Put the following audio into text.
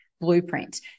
blueprint